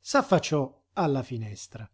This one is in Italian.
s'affacciò alla finestra